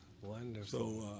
wonderful